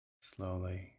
slowly